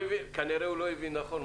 כנראה הוא לא הבין נכון.